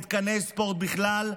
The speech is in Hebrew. במתקני ספורט בכלל,